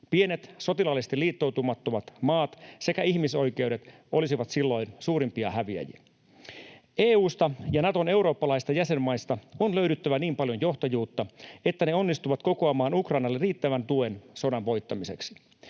Pienet, sotilaallisesti liittoutumattomat maat sekä ihmisoikeudet olisivat silloin suurimpia häviäjiä. EU:sta ja Naton eurooppalaisista jäsenmaista on löydyttävä niin paljon johtajuutta, että ne onnistuvat kokoamaan Ukrainalle riittävän tuen sodan voittamiseksi.